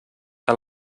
que